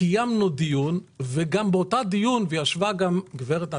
קיימנו דיון ובאותו דיון ישבה אתנו גם גברת נטליה,